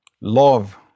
Love